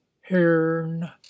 hearn